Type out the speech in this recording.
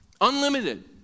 Unlimited